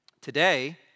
Today